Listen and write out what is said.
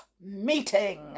meeting